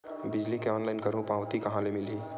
बिजली के ऑनलाइन करहु पावती कहां ले मिलही?